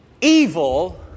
evil